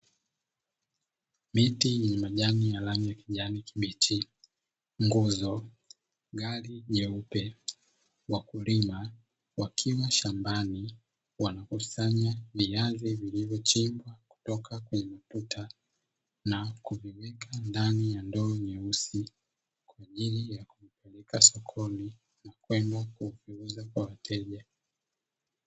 Miti yenye majani ya rangi ya kijani kibichi, nguzo, gari nyeupe, wakulima wakiwa shambani wanakusanya viazi vilivyochimbwa kutoka kwenye tuta na kuviweka ndani ya ndoo nyeusi kwa ajili ya kupeleka sokoni na kwenda kuviuza kwa wateja.